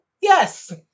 Yes